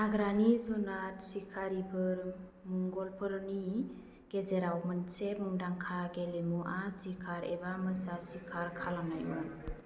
हाग्रानि जुनाद सिखारिफोर मुंगलफोरनि गेजेराव मोनसे मुंदांखा गेलेमुआ सिखार एबा मोसा सिखार खालामनायमोन